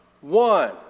one